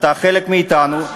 אתה חלק מאתנו,